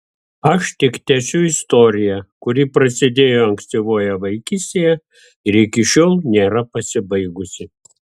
aš tik tęsiu istoriją kuri prasidėjo ankstyvoje vaikystėje ir iki šiol nėra pasibaigusi